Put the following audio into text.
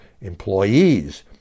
employees